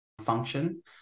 function